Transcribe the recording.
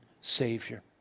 Savior